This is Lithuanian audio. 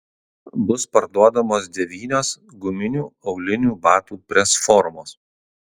bus parduodamos devynios guminių aulinių batų presformos